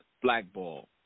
blackball